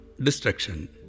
destruction